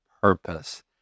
purpose